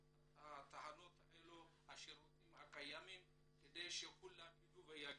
התחנות האלה לשירותים הקיימים כדי שכולם יידעו ויגיעו,